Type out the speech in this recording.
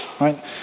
right